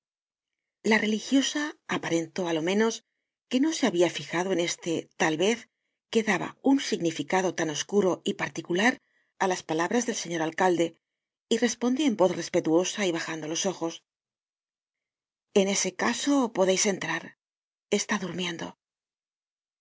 la religiosa aparentó á lo menos que no se habia fijado en este tal vez que daba un significado tan oscuro y particular á las palabras del señor alcalde y respondió en voz respetuosa y bajando los ojos en ese caso podeis entrar está durmiendo